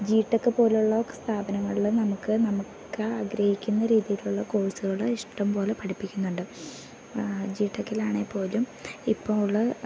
G tech പോലെയുള്ള സ്ഥാപനങ്ങളിൽ നമുക്ക് നമ്മുക്ക് ആഗ്രഹിക്കുന്ന രീതിയിലുള്ള കോഴ്സുകൾ ഇഷ്ടം പോലെ പഠിപ്പിക്കുന്നുണ്ട് ജിടെക്കിലാണെങ്കിൽ പോലും ഇപ്പോൾ ഉള്ള